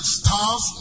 stars